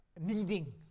needing